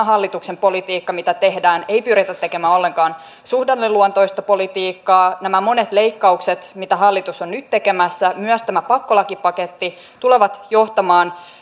hallituksen politiikka mitä tehdään ei pyritä tekemään ollenkaan suhdanneluontoista politiikkaa on nämä monet leikkaukset mitä hallitus on nyt tekemässä myös tämä pakkolakipaketti tulee johtamaan